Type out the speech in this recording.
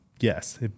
yes